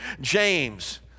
James